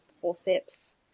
forceps